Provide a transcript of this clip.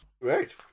Right